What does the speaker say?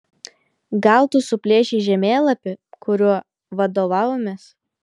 gal tu suplėšei žemėlapį kuriuo vadovavomės